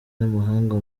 n’amahanga